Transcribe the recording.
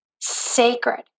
sacred